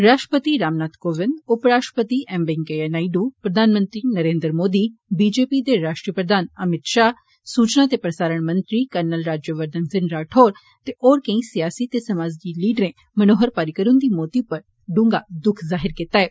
राष्ट्रपति रामनाथ कोविंदर उप राष्ट्रपति एम वैंकेइया नायडूए प्रधानमंत्री नरेन्द्र मोदीए बी जी पी दे राश्ट्रीय प्रधान अमित शाहए सूचना दे प्रसारण मंत्री कर्नल राज्यवर्धन सिंह राठोर ते होर कैंई सियासी ते समाजी लीडरें मनोहर पर्रिकर हृंदी मौती पर डूंगा द्ख प्रकट कीता ऐ